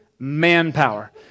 Manpower